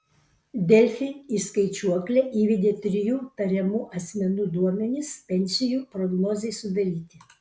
delfi į skaičiuoklę įvedė trijų tariamų asmenų duomenis pensijų prognozei sudaryti